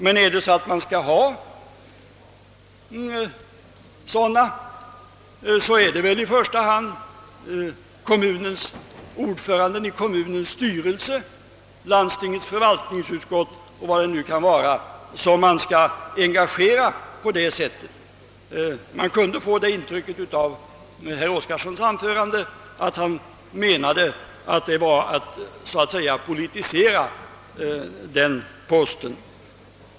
Men om det skall finnas sådana befattningar är det väl i första hand ordföranden i kommunens styrelse, landstingets förvaltningsutskott 0. S. Vv. som skall engageras därför. Av herr Oskarsons anförande föreföll det som om detta skulle innebära en politisering av dessa poster.